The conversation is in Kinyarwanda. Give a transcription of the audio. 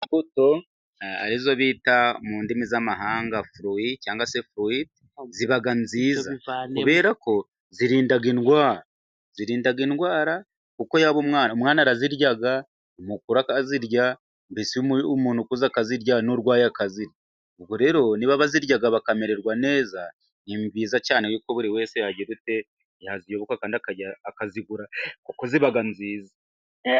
Imbuto izo bita mu ndimi z'amahanga furuwi cyangwa se furuwite ziba nziza kubera ko zirinda indwara, zirinda indwara kuko yaba umwana umwana ararazirya umukuru akazirya, mbese umuntu ukuze akazirya n'urwaye akazirya ubwo rero niba bazirya bakamererwa neza, ni byiza cyane ko buri wese yaziyoboka kandi akazigura kuko ziba nziza.